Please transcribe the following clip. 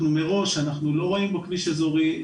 אנחנו מראש לא רואים בו כביש אזורי.